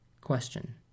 question